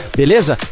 beleza